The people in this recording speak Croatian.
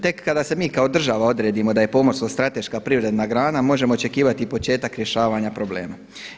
Tek kada se mi kao država odredimo da je pomorstvo strateška privredna grana možemo očekivati početak rješavanja problema.